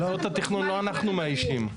במוסדות התכנון לא אנחנו מאיישים.